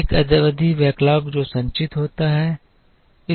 एक अवधि बैकलॉग जो संचित होता है